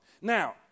Now